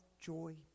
joy